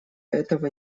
этого